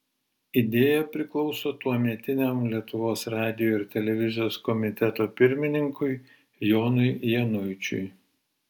idėja priklauso tuometiniam lietuvos radijo ir televizijos komiteto pirmininkui jonui januičiui